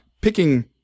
picking